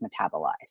metabolized